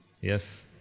Yes